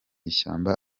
ishyamba